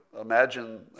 imagine